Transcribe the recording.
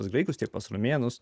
sveikus tiek pas romėnus